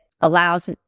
allows